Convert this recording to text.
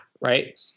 right